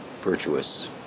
virtuous